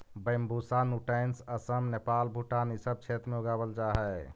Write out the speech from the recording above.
Bambusa nutans Assam, Nepal, Bhutan इ सब क्षेत्र में उगावल जा हई